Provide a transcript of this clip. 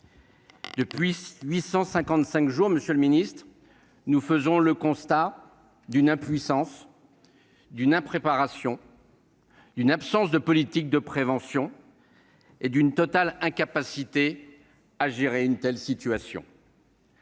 le ministre, nous faisons le constat d'une impuissance, d'une impréparation, d'une absence d'une politique de prévention et d'une totale incapacité à gérer une telle situation.